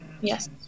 Yes